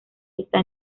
está